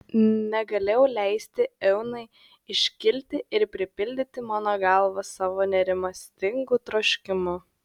negalėjau leisti eonai iškilti ir pripildyti mano galvą savo nerimastingų troškimų